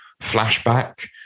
flashback